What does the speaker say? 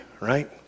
right